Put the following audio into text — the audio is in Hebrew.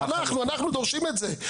אנחנו דורשים את זה,